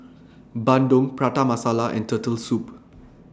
Bandung Prata Masala and Turtle Soup